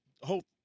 hope